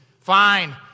Fine